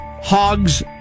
Hogs